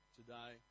today